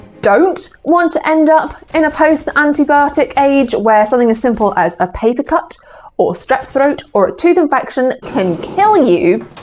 don't want to end up in a post-antibiotic age where something as simple as a paper cut or strep throat or a tooth infection can kill you,